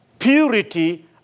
Purity